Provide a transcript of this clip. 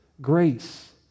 grace